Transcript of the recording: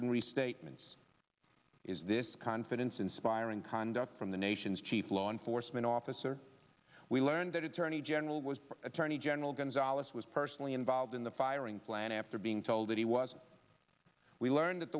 in restatements is this confidence inspiring conduct from the nation's chief law enforcement officer we learned that attorney general was attorney general gonzales was personally involved in the firing plan after being told that he was we learned that